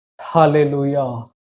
Hallelujah